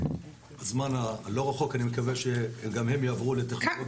אבל אני מקווה שבזמן הלא רחוק גם הם יעברו לטכנולוגיה חדשה.